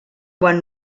quan